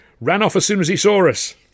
ran-off-as-soon-as-he-saw-us